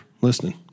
listening